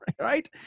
right